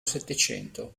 settecento